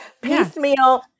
piecemeal